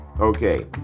Okay